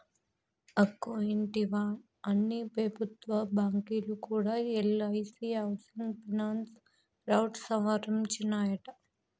అక్కో ఇంటివా, అన్ని పెబుత్వ బాంకీలు కూడా ఎల్ఐసీ హౌసింగ్ ఫైనాన్స్ రౌట్ సవరించినాయట